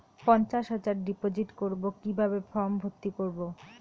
পঞ্চাশ হাজার ডিপোজিট করবো কিভাবে ফর্ম ভর্তি করবো?